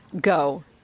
Go